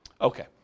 Okay